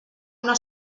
una